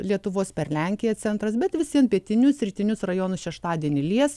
lietuvos per lenkiją centras bet vis vien pietinius rytinius rajonus šeštadienį lies